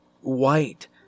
white